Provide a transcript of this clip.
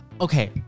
Okay